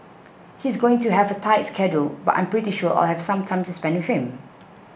he's going to have a tight schedule but I'm pretty sure I'll have some time to spend with him